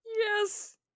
Yes